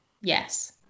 yes